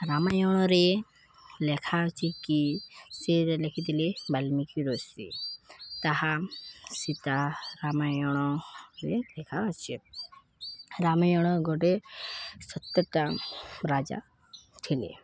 ରାମାୟଣରେ ଲେଖା ଅଛି କି ସେ ଲେଖିଥିଲେ ବାଲ୍ମିକି ଋଷି ତାହା ସୀତା ରାମାୟଣରେ ଲେଖା ଅଛେ ରାମାୟଣ ଗୋଟେ ସତ୍ୟତା ରାଜା ଥିଲେ